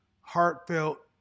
heartfelt